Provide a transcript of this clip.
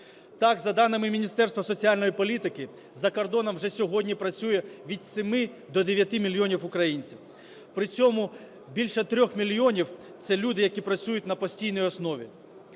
Так, за даними Міністерства соціальної політики за кордоном вже сьогодні працює від 7 до 9 мільйонів українців, при цьому більше 3 мільйонів – це люди, які працюють на постійній основі.